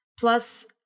Plus